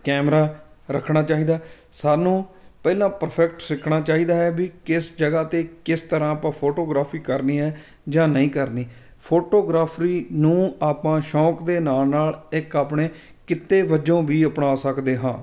camera ਰੱਖਣਾ ਚਾਹੀਦਾ ਸਾਨੂੰ ਪਹਿਲਾਂ ਪਰਫੈਕਟ ਸਿੱਖਣਾ ਚਾਹੀਦਾ ਹੈ ਵੀ ਕਿਸ ਜਗ੍ਹਾ 'ਤੇ ਕਿਸ ਤਰ੍ਹਾਂ ਆਪਾਂ ਫੋਟੋਗ੍ਰਾਫੀ ਕਰਨੀ ਹੈ ਜਾਂ ਨਹੀਂ ਕਰਨੀ ਫੋਟੋਗ੍ਰਾਫਰੀ ਨੂੰ ਆਪਾਂ ਸ਼ੌਂਕ ਦੇ ਨਾਲ ਨਾਲ ਇੱਕ ਆਪਣੇ ਕਿੱਤੇ ਵੱਜੋਂ ਵੀ ਅਪਣਾ ਸਕਦੇ ਹਾਂ